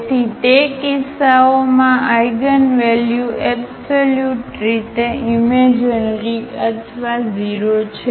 તેથી તે કિસ્સાઓમાં આઇગનવલ્યુ એબ્સોલ્યુટ રીતે ઈમેજીનરી અથવા 0 છે